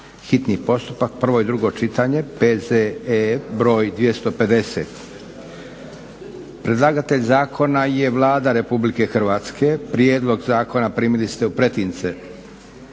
hitni postupak, prvo i drugo čitanje, PZE br. 250 Predlagatelj zakona je Vlada Republike Hrvatske. Prijedlog zakona primili ste u pretince.